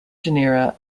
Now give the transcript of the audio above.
genera